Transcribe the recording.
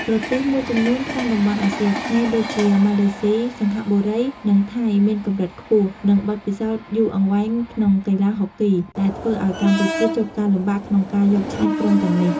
ប្រទេសមួយចំនួនក្នុងតំបន់អាស៊ីអាគ្នេយ៍ដូចជា ម៉ាឡេស៊ី សិង្ហបុរី និងថៃ មានកម្រិតខ្ពស់ និងបទពិសោធន៍យូរអង្វែងក្នុងកីឡាហុកគី ដែលធ្វើឲ្យកម្ពុជាជួបការលំបាកក្នុងការយកឈ្នះក្រុមទាំងនេះ។